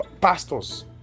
pastors